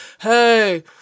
hey